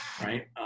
Right